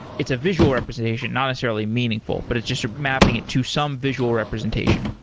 it's a visual representation, not necessarily meaningful, but it's just mapping it to some visual representation?